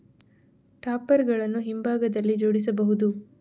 topper ಗಳನ್ನು ಹಿಂಭಾಗದಲ್ಲಿ ಜೋಡಿಸಬಹುದು